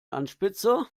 anspitzer